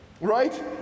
right